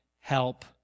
help